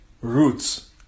roots